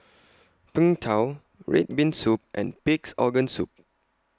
Png Tao Red Bean Soup and Pig'S Organ Soup